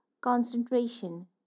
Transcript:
concentration